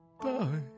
bye